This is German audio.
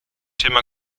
thema